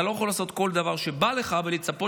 אתה לא יכול לעשות כל דבר שבא לך ולצפות